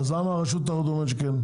אז למה הרשות אומרת שכן?